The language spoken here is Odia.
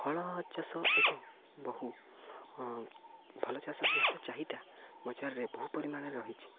ଫଳ ଚାଷ ଏକ ବହୁ ଭଲ ଚାଷ ଯାହାର ଚାହିଦା ବଜାରରେ ବହୁ ପରିମାଣରେ ରହିଛି